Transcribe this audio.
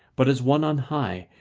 but as one on high,